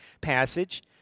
passage